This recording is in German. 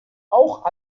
auch